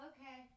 Okay